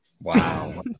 Wow